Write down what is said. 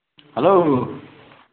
hello